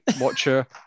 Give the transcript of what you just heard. Watcher